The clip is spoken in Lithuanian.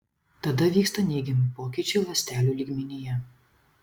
tada vyksta neigiami pokyčiai ląstelių lygmenyje